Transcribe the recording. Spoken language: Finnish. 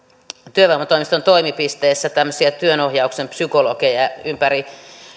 työvoimatoimiston toimipisteessä tämmöisiä työnohjauksen psykologeja ympäri